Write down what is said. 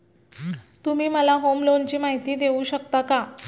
तुम्ही मला होम लोनची माहिती देऊ शकता का?